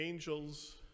angels